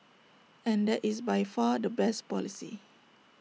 and that is by far the best policy